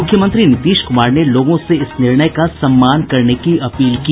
मुख्यमंत्री नीतीश कुमार ने लोगों से इस निर्णय का सम्मान करने की अपील की